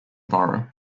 borough